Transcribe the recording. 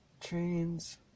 trains